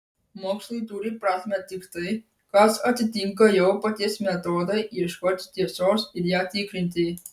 mokslui turi prasmę tik tai kas atitinka jo paties metodą ieškoti tiesos ir ją tikrinti